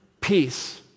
peace